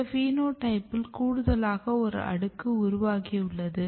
இந்த பினோடைப்பில் கூடுதலாக ஒரு அடுக்கு உருவாகியுள்ளது